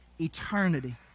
Eternity